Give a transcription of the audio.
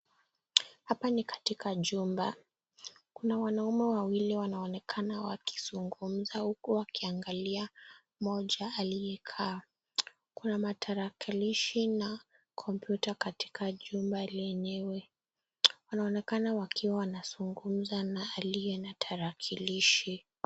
Hapa ni katika chumba. Kuna wanaume wawili wanaoonekana wakizungumza huku wakiangalia mmoja aliyekaa. Kuna matarakilishi na kompyuta katika chumba lenyewe. Wanaonekana wakiwa wanazungumza na aliye na tarakilishi.